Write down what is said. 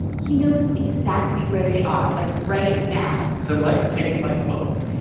he knows exactly where they are, like, right now so mike takes my phone,